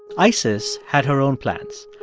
isis had her own plans.